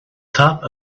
top